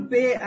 Pay